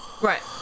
Right